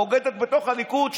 בוגדת בתוך הליכוד,